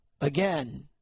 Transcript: Again